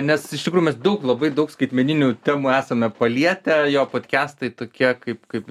nes iš tikrųjų mes daug labai daug skaitmeninių temų esame palietę jo podkestai tokia kaip kaip